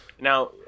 now